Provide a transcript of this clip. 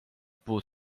puud